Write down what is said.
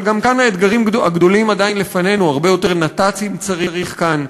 אבל גם כאן האתגרים הגדולים עדיין לפנינו: הרבה יותר נת"צים צריך כאן.